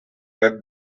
that